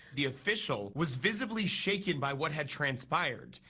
the official was visibly shaken by what had transpired.